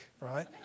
right